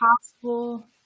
possible